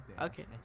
Okay